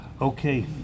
Okay